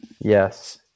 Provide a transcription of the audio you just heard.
Yes